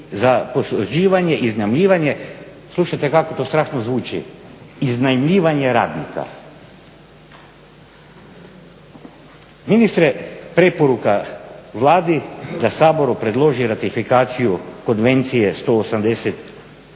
za posuđivanje i iznajmljivanje, slušajte kako to strašno zvuči, iznajmljivanje radnika. Ministre, preporuka Vladi da Saboru predloži ratifikaciju Konvencije 181